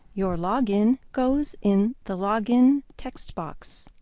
your login goes in the login text box.